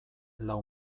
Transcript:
lau